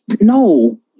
no